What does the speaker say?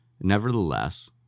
Nevertheless